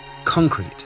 Concrete